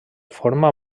forma